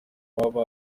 baba